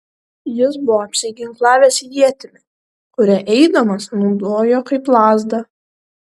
jis buvo apsiginklavęs ietimi kurią eidamas naudojo kaip lazdą